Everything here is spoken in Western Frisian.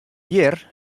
hjir